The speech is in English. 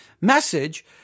message